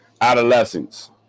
adolescents